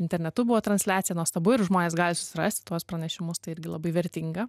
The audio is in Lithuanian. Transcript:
internetu buvo transliacija nuostabu ir žmonės gali susirasti tuos pranešimus tai irgi labai vertinga